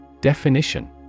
Definition